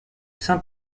cinq